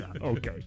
Okay